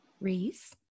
Reese